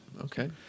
Okay